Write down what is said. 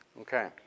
Okay